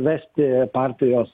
vesti partijos